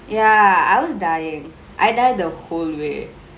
ya I was dyingk I died the whole way